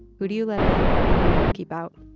who do you let in and who do you keep out?